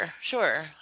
sure